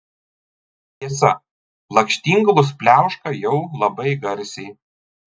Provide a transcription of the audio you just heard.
tiesa lakštingalos pliauška jau labai garsiai